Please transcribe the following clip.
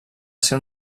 ser